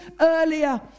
earlier